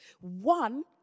One